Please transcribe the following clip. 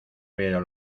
pero